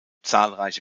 zahlreiche